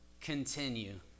continue